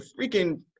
freaking